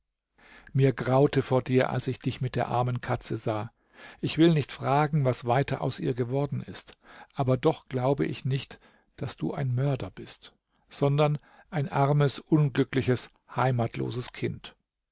mir graute vor dir als ich dich mit der armen katze sah ich will nicht fragen was weiter aus ihr geworden ist aber doch glaube ich nicht daß du ein mörder bist sondern ein armes unglückliches heimatloses kind